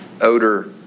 odor